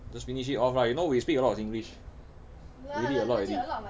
just finish it off lah you know we speak a lot of singlish really a lot already